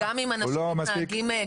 הוא לא מספיק --- אם אנשים מתנהגים כמליציות,